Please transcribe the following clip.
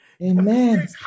amen